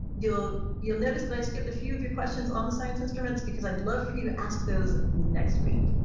you'll you'll notice that i skipped a few of your questions on the science instruments because i'd love for you to ask those next week.